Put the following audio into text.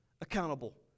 accountable